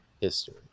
history